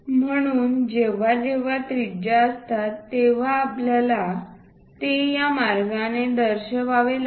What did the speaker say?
म्हणून जेव्हा जेव्हा त्रिज्या असतात तेव्हा आपल्याला ते या मार्गाने दर्शवावे लागते